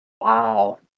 wow